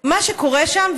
מה שקורה שם,